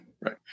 Right